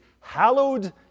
hallowed